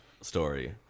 story